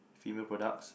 female products